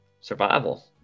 survival